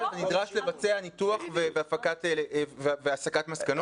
אלא אתה נדרש לבצע ניתוח והסקת מסקנות.